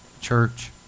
church